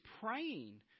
praying